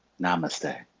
Namaste